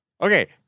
Okay